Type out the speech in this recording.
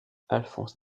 alphonse